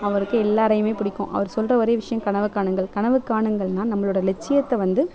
அவருக்கு எல்லாேரையுமே பிடிக்கும் அவர் சொல்கிற ஒரே விஷயம் கனவு காணுங்கள் கனவு காணுங்கள்னால் நம்மளோட லட்சியத்தை வந்து